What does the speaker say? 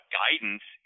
guidance